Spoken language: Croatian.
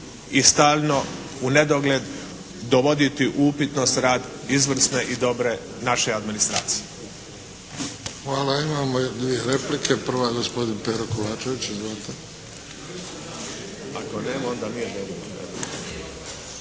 i stalno u nedogled dovoditi u upitnost rad izvrsne i dobre naše administracije.